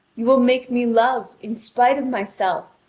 you will make me love, in spite of myself,